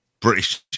British